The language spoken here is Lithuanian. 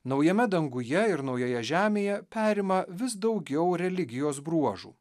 naujame danguje ir naujoje žemėje perima vis daugiau religijos bruožų